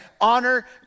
Honor